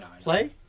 Play